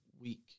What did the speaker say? week